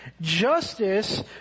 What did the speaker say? Justice